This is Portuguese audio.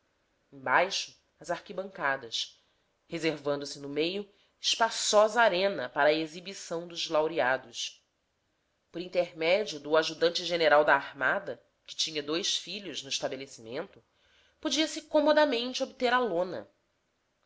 embaixo as arquibancadas reservando se no meio espaçosa arena para a exibição dos laureados por intermédio do ajudante general da armada que tinha dois filhos no estabelecimento podia-se comodamente obter a lona